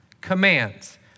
Commands